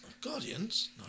Guardians